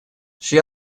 she